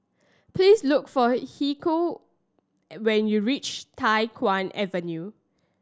please look for Kiyoko when you reach Tai Hwan Avenue